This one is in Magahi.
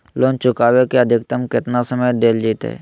लोन चुकाबे के अधिकतम केतना समय डेल जयते?